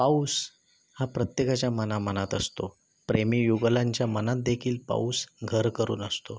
पाऊस हा प्रत्येकाच्या मनामनात असतो प्रेमी युगुलांच्या मनातदेखील पाऊस घर करून असतो